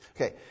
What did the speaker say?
Okay